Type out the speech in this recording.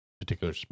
particular